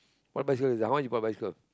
what bicycle is that how much you bought bicycle